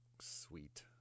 sweet